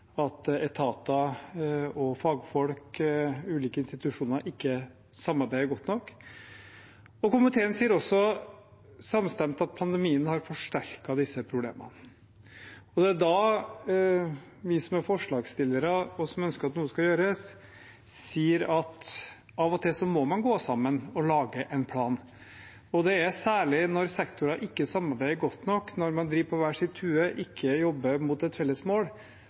at etater, fagfolk og ulike institusjoner ikke samarbeider godt nok. Komiteen sier også samstemt at pandemien har forsterket disse problemene. Det er da vi som er forslagsstillere, og som ønsker at noe skal gjøres, sier at man av og til må gå sammen og lage en plan. Det er særlig når sektorer ikke samarbeider godt nok, når man driver på hver sin tue og ikke jobber mot et felles mål,